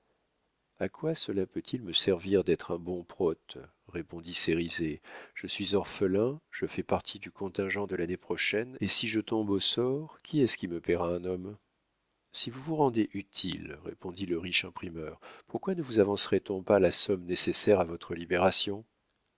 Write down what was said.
a quoi cela peut-il me servir d'être un bon prote répondit cérizet je suis orphelin je fais partie du contingent de l'année prochaine et si je tombe au sort qui est-ce qui me payera un homme si vous vous rendez utile répondit le riche imprimeur pourquoi ne vous avancerait on pas la somme nécessaire à votre libération